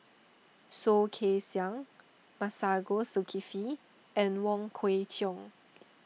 Soh Kay Siang Masagos Zulkifli and Wong Kwei Cheong